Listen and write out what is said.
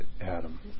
Adam